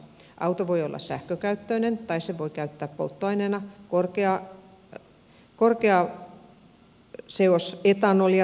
auto voi olla sähkökäyttöinen tai se voi käyttää polttoaineena korkeaseosetanolia tai metaania